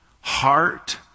heart